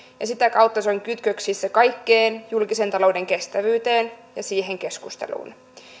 ja sitä kautta se on kytköksissä kaikkeen julkisen talouden kestävyyteen ja siihen keskusteluun